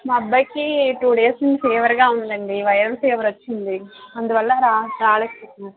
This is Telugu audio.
మా అబ్బాయికి టూ డేస్ నుంచి ఫీవర్ గా ఉందండి వైరల్ ఫీవర్ వచ్చింది అందువల్లా రా రాలేకపోతున్న